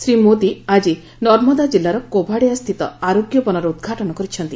ଶ୍ରୀ ମୋଦୀ ଆଜି ନର୍ମଦା ଜିଲ୍ଲାର କୋଭାଡ଼ିଆସ୍ଥିତ ଆରୋଗ୍ୟ ବନର ଉଦ୍ଘାଟନ କରିଛନ୍ତି